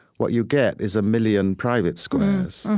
what you get is a million private squares.